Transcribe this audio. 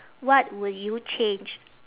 what would you change